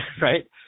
right